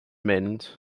mynd